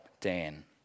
Dan